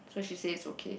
so she say it's okay